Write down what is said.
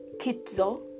kitzo